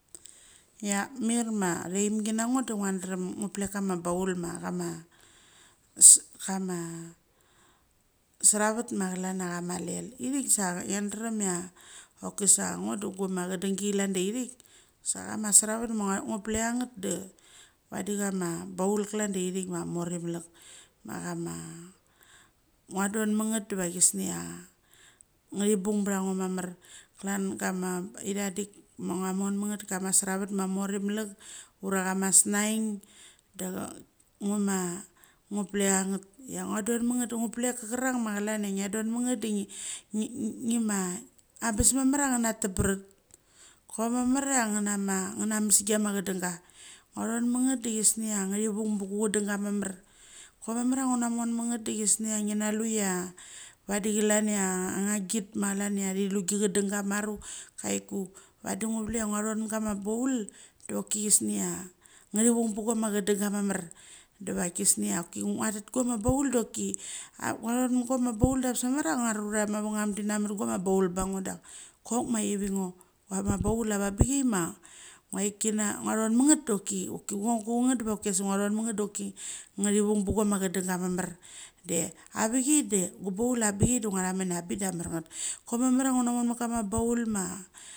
Ia mir ma athoimgi nango de ngua deren ngua. Nleck kama baul ma kam sravet ma klan chia ama lel. Ithik sa ngia darem chia chocki sa ngo de guama chedengi klan da ithik, sa kama sravet de vadi kama baul klan da ithik ma moeimalach, ma kama ngua don ma ngat diva kisnia nge thi bung batha ngo mamar klan kama ithangdik ma ngua mon mat ngat. Kama sravet ma morimalach ura kama. Snaing de ngu ma ghu pleck cha ngat chia ngua don ma ngat du ngu pleck kerang ma klan chia ngia dem ma ngat de ngi ma angebes mamar chia nge na teberet, koi mamer chia nge na ma mes gia ma chedenga. Ngu chan ma ngat de chisnia nge chi vung be gu chedenga mamar. Ko mamar chia ngu na mon ma nggat de chisnia ngi na lu ia vadi kalan chia. Angagit ma klan chia thi li gi chedenga maru, choiku. Vadi ngu vlek chia ngua chon mat kama baul doki chisnia nge chivung ba guama chedenga mamar diva chisnia choki ngua chet. Guama baul doki angebes mamar chia anga ma rura mavengam de thi na mat gua ma baul bango dak chok ma chivingo ama baul avang bichai ma ngua chon ma ngat doki ngo gucha ngat mochi asik ngau ehon ma ngat de choki nge chivung ba gua ma chedenga mamar de avichai de ngua thamon chia abik da amar ngat, choi mamar chia ngua chon mat kama baul ma.